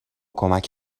کمک